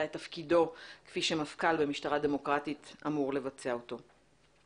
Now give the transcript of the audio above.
את תפקידו כפי שמפכ"ל במשטרה דמוקרטית אמור לבצע אותו.